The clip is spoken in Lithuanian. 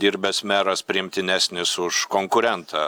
dirbęs meras priimtinesnis už konkurentą